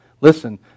Listen